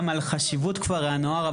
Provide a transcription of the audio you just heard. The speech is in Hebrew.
גם על חשיבות כפרי הנוער.